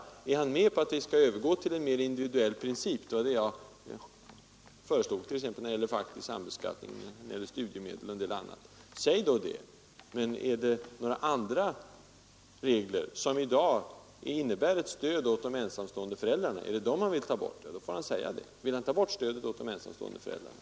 Är herr Burenstam Linder med på att vi övergår till en mer individuell princip, som jag föreslog, t.ex. när det gäller faktisk sambeskattning eller studiemedel och en del annat? Säg då det! Och om det är några andra regler herr Burenstam Linder vill ta bort, regler som i dag innebär ett stöd åt de ensamstående föräldrarna, så får han säga det. Vill herr Burenstam Linder ta bort stödet åt de ensamstående föräldrarna?